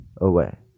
away